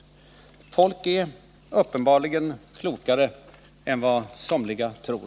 Människor är uppenbarligen klokare än vad somliga tror!